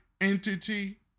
entity